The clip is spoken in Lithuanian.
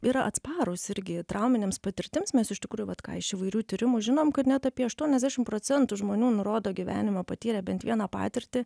yra atsparūs irgi trauminėms patirtims mes iš tikrųjų vat ką iš įvairių tyrimų žinom kad net apie aštuoniasdešim procentų žmonių nurodo gyvenime patyrę bent vieną patirtį